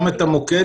גם את המוקד,